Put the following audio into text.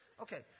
Okay